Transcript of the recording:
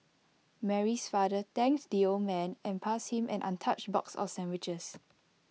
Mary's father thanked the old man and passed him an untouched box of sandwiches